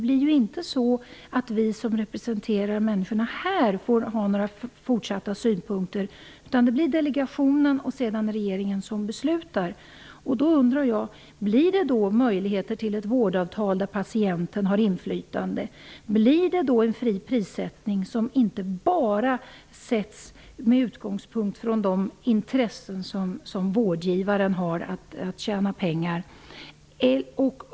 Vi som här representerar människorna kommer ju inte att kunna ha synpunkter. Det blir delegationen och sedan regeringen som beslutar. Finns det möjlighet att få fram ett vårdavtal där patienten har inflytande? Blir det en fri prissättning som inte bara sker med utgångspunkt från de intressen som vårdgivaren har av att tjäna pengar?